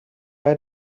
bij